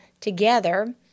together